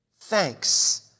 thanks